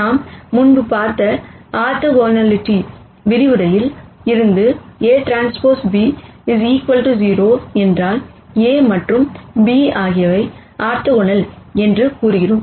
நாம் முன்பு பார்த்த ஆர்த்தோகனாலிட்டி விரிவுரையில் இருந்து Aᵀ b 0 என்றால் a மற்றும் b ஆகியவை ஆர்த்தோகனல் எனக் கூறினோம்